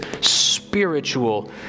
spiritual